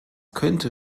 könnte